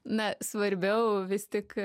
na svarbiau vis tik